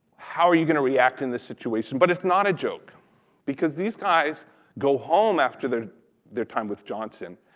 how are you gonna react in this situation? but it's not a joke because these guys go home after their their time with johnson,